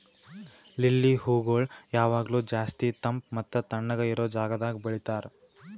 lily ಹೂಗೊಳ್ ಯಾವಾಗ್ಲೂ ಜಾಸ್ತಿ ತಂಪ್ ಮತ್ತ ತಣ್ಣಗ ಇರೋ ಜಾಗದಾಗ್ ಬೆಳಿತಾರ್